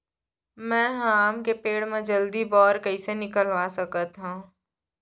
मैं ह आम के पेड़ मा जलदी बौर कइसे निकलवा सकथो?